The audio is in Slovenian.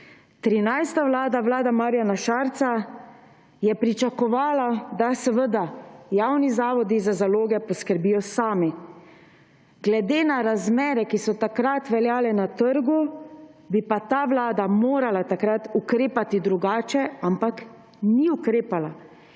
13. vlada, vlada Marjana Šarca je pričakovala, da seveda javni zavodi za zaloge poskrbijo sami. Glede na razmere, ki so takrat veljale na trgu, bi pa ta vlada morala takrat ukrepati drugače, ampak ni ukrepala.